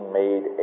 made